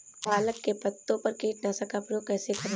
पालक के पत्तों पर कीटनाशक का प्रयोग कैसे करें?